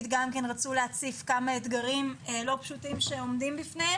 שרצו להציף כמה אתגרים לא פשוטים שעומדים בפניהם.